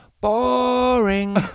Boring